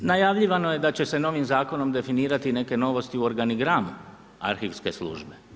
Najavljivano je da će se novim zakonom definirati neke novosti u organigramu arhivske službe.